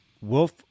Wolf